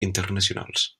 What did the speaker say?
internacionals